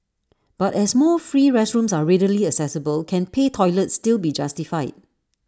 but as more free restrooms are readily accessible can pay toilets still be justified